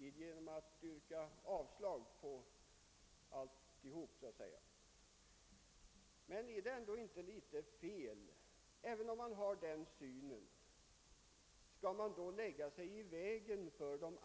yrkade avslag på reservationernas hemställan till slut, men är ändå inte detta litet fel? Om man har den syn på frågan som herr Sellgren har skall man väl ändå inte hindra andra samfund och lägga sig i vägen för dem.